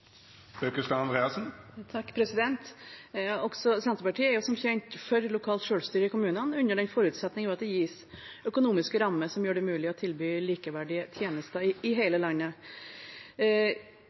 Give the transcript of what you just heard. Også Senterpartiet er som kjent for lokalt selvstyre i kommunene under den forutsetning at det gis økonomiske rammer som gjør det mulig å tilby likeverdige tjenester i